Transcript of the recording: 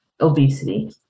obesity